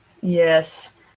yes